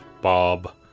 Bob